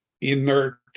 inert